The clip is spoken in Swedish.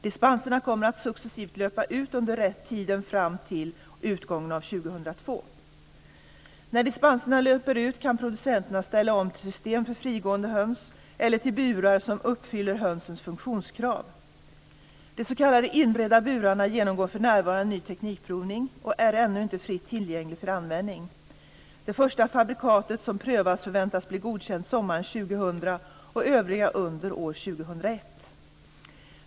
Dispenserna kommer att successivt löpa ut under tiden fram till utgången av år 2002. När dispenserna löper ut kan producenterna ställa om till system för frigående höns eller till burar som uppfyller hönsens funktionskrav. De s.k. inredda burarna genomgår för närvarande ny teknikprovning och är ännu inte fritt tillgängliga för användning. Det första fabrikatet som prövas förväntas bli godkänt sommaren 2000 och övriga under år 2001.